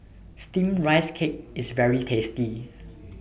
Steamed Rice Cake IS very tasty